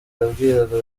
yabwiraga